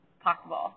possible